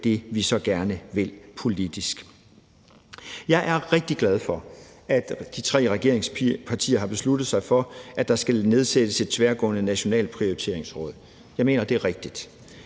det, vi så gerne vil politisk. Jeg er rigtig glad for, at de tre regeringspartier har besluttet sig for, at der skal nedsættes et tværgående nationalt prioriteringsråd. Jeg mener, at det er rigtigt.